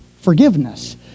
forgiveness